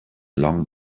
long